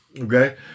Okay